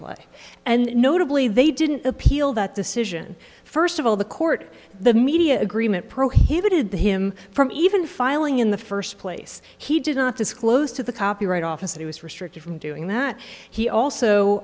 play and notably they didn't appeal that decision first of all the court the media agreement prohibited the him from even filing in the first place he did not disclose to the copyright office he was restricted from doing